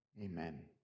Amen